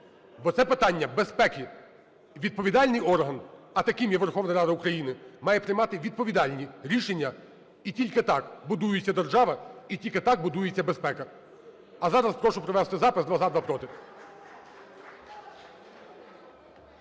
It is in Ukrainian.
бо це питання безпеки. І відповідальний орган, а таким є Верховна Рада України, має приймати відповідальні рішення, і тільки так будується держава, і тільки так будується безпека. А зараз прошу провести запис: два – за, два – проти.